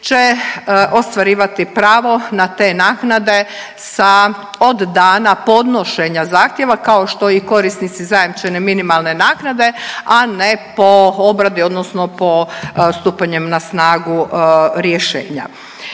će ostvarivati pravo na te naknade sa od dana podnošenja zahtjeva kao što i korisnici zajamčene minimalne naknade, a ne po obradi odnosno po stupanjem na snagu rješenja.